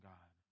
God